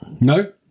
No